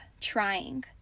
trying